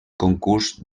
concurs